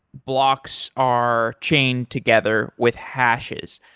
blocks are chained together with hashes.